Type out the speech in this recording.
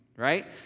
right